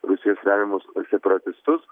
rusijos remiamus separatistus